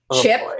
Chip